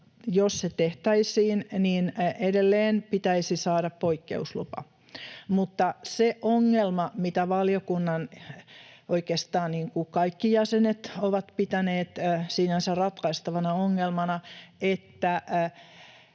tehtäisiin, niin edelleen pitäisi saada poikkeuslupa. Mutta se ongelma — mitä valiokunnan oikeastaan kaikki jäsenet ovat pitäneet sinänsä ratkaistavana ongelmana — että